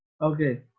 Okay